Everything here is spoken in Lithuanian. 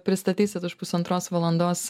pristatysit už pusantros valandos